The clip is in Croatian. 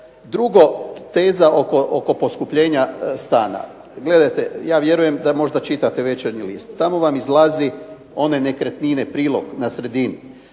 Drugo, teza oko poskupljenja stana. Gledajte ja vjerujem da možda čitate "Večernji list". Tamo vam izlazi one nekretnine prilog na sredini.